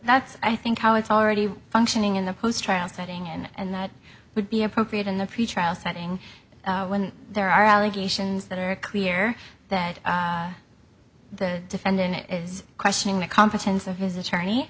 that's i think how it's already functioning in the post trial setting and that would be appropriate in the pretrial setting when there are allegations that are clear that the defendant is questioning the competence of his attorney